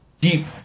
deep